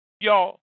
Y'all